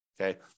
okay